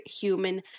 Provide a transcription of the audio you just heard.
human